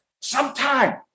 sometime